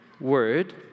word